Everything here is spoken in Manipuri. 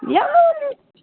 ꯌꯥꯝ